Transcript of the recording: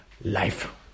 life